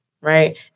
right